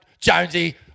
Jonesy